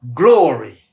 glory